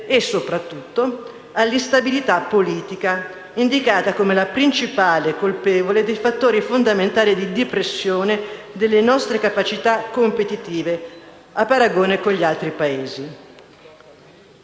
e, soprattutto, all'instabilità politica, indicata come la principale colpevole dei fattori fondamentali di depressione delle nostre capacità competitive a paragone con gli altri Paesi.